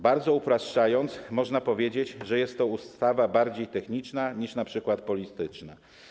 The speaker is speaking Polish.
Bardzo upraszczając, można powiedzieć, że jest to ustawa bardziej techniczna niż np. polityczna.